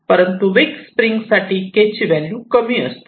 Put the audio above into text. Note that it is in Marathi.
परंतु विक स्प्रिंग साठी के ची व्हॅल्यू कमी असते